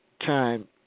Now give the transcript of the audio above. time